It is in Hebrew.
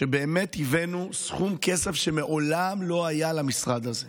שבאמת הבאנו סכום כסף, שמעולם לא היה למשרד הזה.